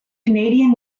canadian